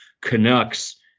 Canucks